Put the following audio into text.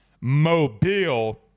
mobile